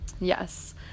Yes